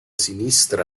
sinistra